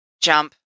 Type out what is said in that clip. jump